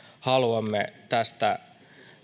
haluamme tästä